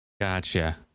Gotcha